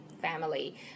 family